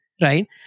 right